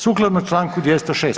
Sukladno članku 206.